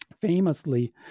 famously